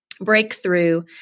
breakthrough